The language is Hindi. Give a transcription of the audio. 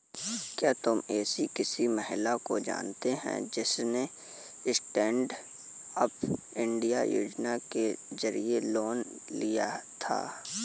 क्या तुम एसी किसी महिला को जानती हो जिसने स्टैन्डअप इंडिया योजना के जरिए लोन लिया था?